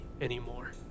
anymore